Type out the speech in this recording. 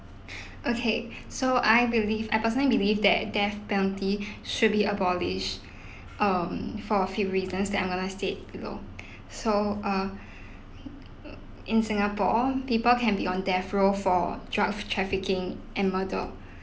okay so I believe I personally believe that death penalty should be abolished um for a few reasons that I'm going to state below so uh in singapore people can be on death row for drug trafficking and murder